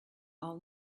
all